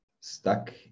stuck